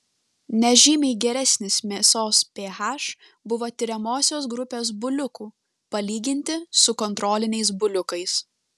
nežymiai geresnis mėsos ph buvo tiriamosios grupės buliukų palyginti su kontroliniais buliukais